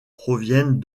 proviennent